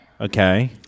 Okay